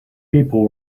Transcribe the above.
people